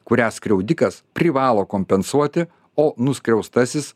kurią skriaudikas privalo kompensuoti o nuskriaustasis